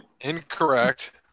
Incorrect